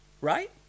right